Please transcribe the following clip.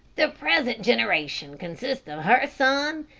the present generation consists of her son,